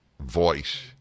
voice